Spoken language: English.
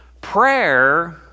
prayer